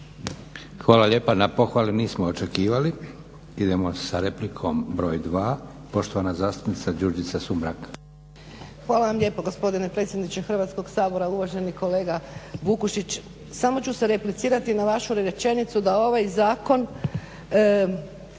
Hvala lijepa na pohvali. Nismo očekivali. Idemo sa replikom broj dva, poštovana zastupnica Đurđica Sumrak. **Sumrak, Đurđica (HDZ)** Hvala vam lijepo gospodine predsjedniče Hrvatskog sabora, uvaženi kolega Vukšić. Samo ću se replicirati na vašu rečenicu da ovaj Zakon